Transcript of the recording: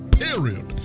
period